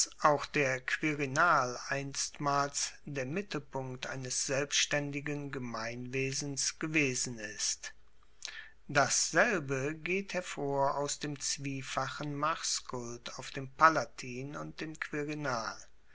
auch der quirinal einstmals der mittelpunkt eines selbstaendigen gemeinwesens gewesen ist dasselbe geht hervor aus dem zwiefachen marskult auf dem palatin und dem quirinal